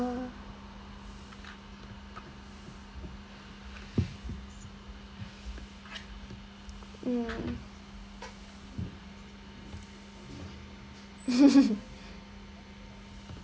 mm